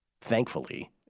Thankfully